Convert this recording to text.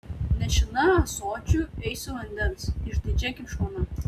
nešina ąsočiu eisiu vandens išdidžiai kaip žmona